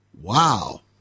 Wow